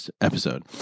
episode